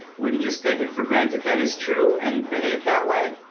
wouldn't just take it for granted that it's true and behave that way,